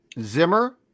Zimmer